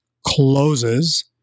closes